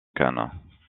cannes